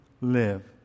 live